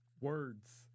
Words